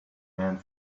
man